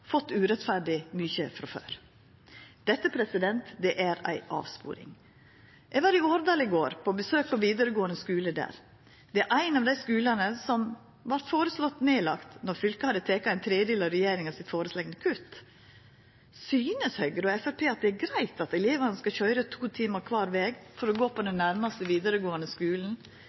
fått urettferdig mykje frå før. Dette er ei avsporing. Eg var i Årdal i går, på besøk på ein vidaregåande skule der. Det er ein av dei skulane som vart føreslått lagd ned då fylket hadde teke ein tredjedel av regjeringa sitt føreslegne kutt. Synest Høgre og Framstegspartiet at det er greitt at elevane skal køyra to timar kvar veg for å gå på den nærmaste vidaregåande skulen?